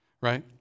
Right